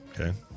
Okay